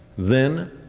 then,